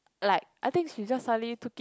like I think she just suddenly took it